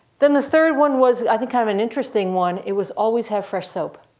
then the third one was, i think, kind of an interesting one. it was always have fresh soap.